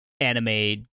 anime